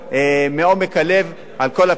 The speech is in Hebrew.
מעומק הלב על כל הפעילות הזאת.